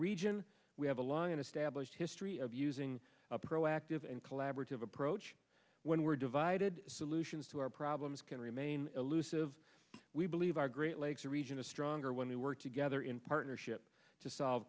region we have a long established history of using a proactive and collaborative approach when we're divided solutions to our problems can remain elusive we believe our great lakes region a stronger when we work together in partnership to solve